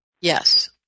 Yes